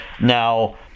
Now